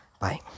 bye